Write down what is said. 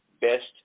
best